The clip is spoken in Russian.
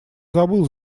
забыл